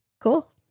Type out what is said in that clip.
Cool